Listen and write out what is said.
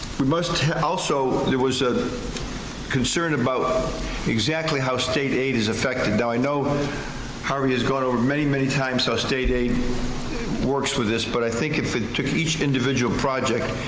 we must also, there was a concern about exactly how state aid is affected. now i know harvey has gone over many, many times how state aid works with this but i think if we took each individual project,